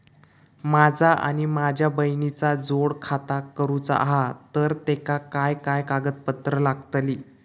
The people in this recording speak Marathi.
माझा आणि माझ्या बहिणीचा जोड खाता करूचा हा तर तेका काय काय कागदपत्र लागतली?